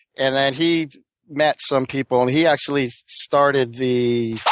and then he met some people, and he actually started the